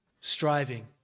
striving